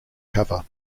cover